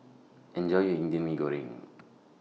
Enjoy your Indian Mee Goreng